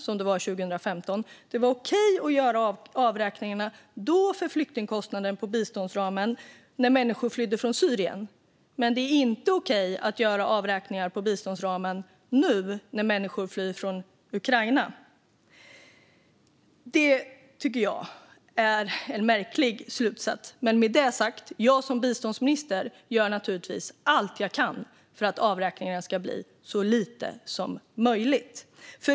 När människor flydde från Syrien var det okej att göra avräkningar för flyktingkostnader på biståndsramen, men det är inte okej att göra avräkningar på biståndsramen nu när människor flyr från Ukraina. Det tycker jag är en märklig slutsats. Men med det sagt: Jag som biståndsminister gör naturligtvis allt jag kan för att avräkningen ska bli så liten som möjligt.